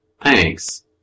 Thanks